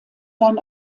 sein